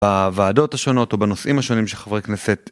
בוועדות השונות או בנושאים השונים של חברי כנסת.